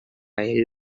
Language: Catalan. ell